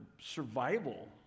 survival